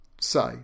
say